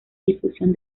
difusión